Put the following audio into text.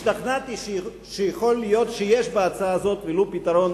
השתכנעתי שיכול להיות שיש בהצעה הזאת ולו פתרון